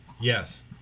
Yes